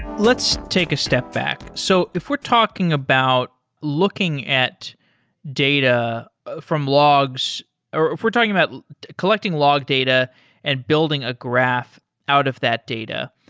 let's take a step back. so if we're talking about looking at data from logs or if we're talking about collecting log data and building a graph out of that data,